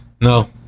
No